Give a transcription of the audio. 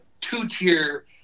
two-tier